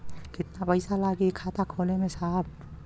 कितना पइसा लागि खाता खोले में साहब?